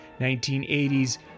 1980's